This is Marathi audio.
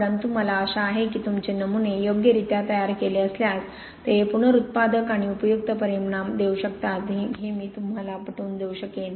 परंतु मला आशा आहे की तुमचे नमुने योग्यरित्या तयार केले असल्यास ते पुनरुत्पादक आणि उपयुक्त परिणाम देऊ शकतात हे मी तुम्हाला पटवून देऊ शकेन